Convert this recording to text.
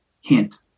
hint